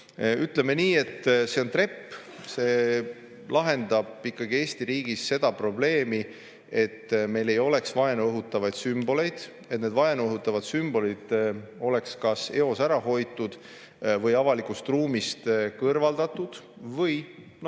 Ütleme nii, et see on trepp, mis lahendab Eesti riigis seda probleemi, et meil ei oleks vaenu õhutavaid sümboleid, et need vaenu õhutavad sümbolid oleks kas eos ära hoitud või avalikust ruumist kõrvaldatud.